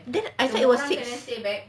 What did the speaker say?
then issac was six